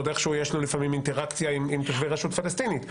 עוד איכשהו יש לו לפעמים אינטראקציה עם תושבי רשות פלסטינית,